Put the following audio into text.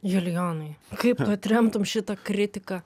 julijonai kaip tu atremtum šitą kritiką